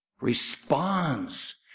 responds